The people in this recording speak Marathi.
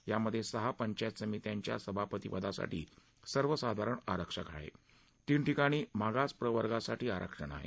यामध्ये सहा पंचायत समित्यांच्या सभापतीपदासाठी सर्वसाधारण आरक्षण आहे तीन ठिकाणी मागास प्रवर्गासाठी आरक्षण आहे